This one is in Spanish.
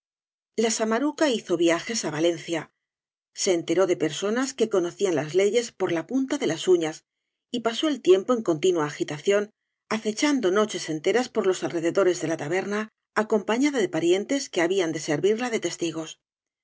la samaruca hizo viajes á valen v blasoo ibábz cia e enteró de personas que ccnocian las leyes por la punta de las uñas y pasó el tiempo en continua agitación acechando noches enteras por los alrededores de la taberna acompafiada de parlentes que habían de servirla de testigos